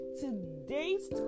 today's